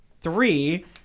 Three